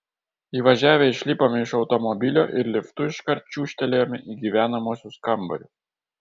įvažiavę išlipome iš automobilio ir liftu iškart čiūžtelėjome į gyvenamuosius kambarius